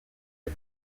les